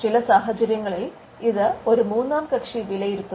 ചില സാഹചര്യങ്ങളിൽ ഇത് ഒരു മൂന്നാം കക്ഷി വിലയിരുത്തുന്നു